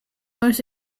most